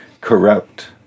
corrupt